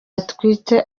atwite